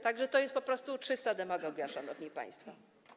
Tak że to jest po prostu czysta demagogia, szanowni państwo.